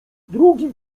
drugi